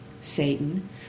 Satan